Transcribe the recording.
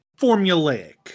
formulaic